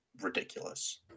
ridiculous